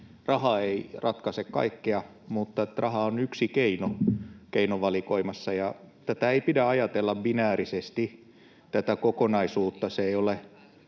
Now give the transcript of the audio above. Raha ei ratkaise kaikkea, mutta raha on yksi keino keinovalikoimassa. Tätä kokonaisuutta ei pidä ajatella binäärisesti. Se ei ole